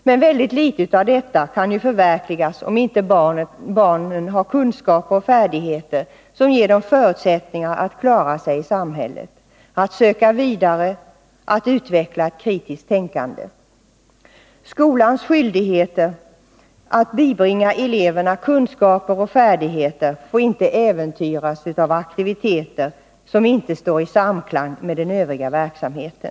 Men ytterst litet av detta kan ju förverkligas, om inte barnen har kunskaper och färdigheter som ger dem förutsättningar att klara sig i samhället, att söka vidare och att utveckla ett kritiskt tänkande. Skolans skyldighet att bibringa eleverna kunskaper och färdigheter får inte äventyras av aktiviteter som inte står i samklang med den övriga verksamheten.